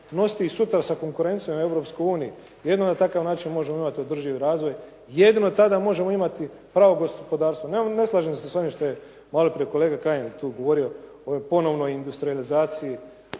nositi i sutra sa konkurencijom u Europskoj uniji. Jedino na takav način možemo imati održiv razvoj, jednino tada možemo imati pravo gospodarstvo. Ne slažem se s ovim što je malo prije kolega Kajin to govorio o ovoj ponovnoj industrijalizaciji